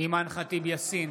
אימאן ח'טיב יאסין,